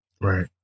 Right